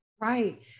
Right